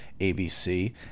ABC